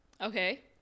Okay